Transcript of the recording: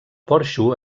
porxo